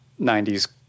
90s